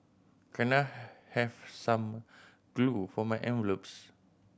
can I have some glue for my envelopes